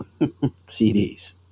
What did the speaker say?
CDs